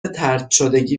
طردشدگی